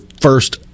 first